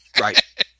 right